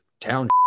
town